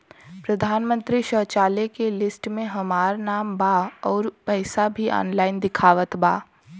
प्रधानमंत्री शौचालय के लिस्ट में हमार नाम बा अउर पैसा भी ऑनलाइन दिखावत बा